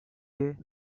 day